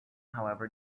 however